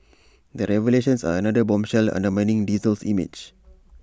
the revelations are another bombshell undermining diesel's image